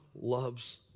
loves